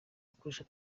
gukoresha